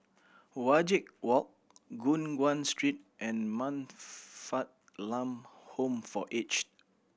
Wajek Walk Guan Street and Man Fatt Lam Home for Aged